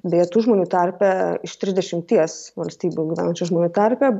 beje žmonių tarpe iš trisdešimties valstybių gaunančių žmonių tarpe